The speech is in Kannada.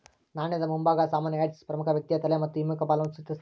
ನಾಣ್ಯದ ಮುಂಭಾಗ ಸಾಮಾನ್ಯ ಹೆಡ್ಸ್ ಪ್ರಮುಖ ವ್ಯಕ್ತಿಯ ತಲೆ ಮತ್ತು ಹಿಮ್ಮುಖ ಬಾಲವನ್ನು ಚಿತ್ರಿಸ್ತತೆ